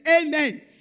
Amen